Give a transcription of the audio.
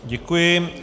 Děkuji.